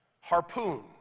Harpoon